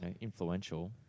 influential